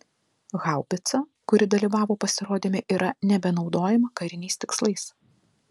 haubica kuri dalyvavo pasirodyme yra nebenaudojama kariniais tikslais